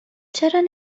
چرا